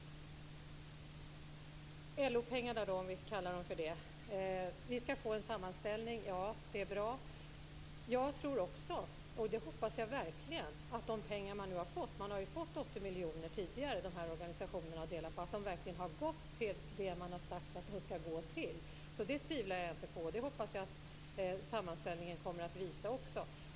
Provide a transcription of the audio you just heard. Beträffande LO-pengarna, om vi nu skall kalla dem för det, skall vi få en sammanställning. Det är bra. De här organisationerna har ju tidigare fått 80 miljoner kronor att dela på. Jag hoppas att de pengarna verkligen har gått till det som man har sagt att de skall gå till. Där tvivlar jag inte, och jag hoppas att sammanställningen skall visa på detta.